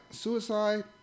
suicide